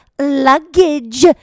luggage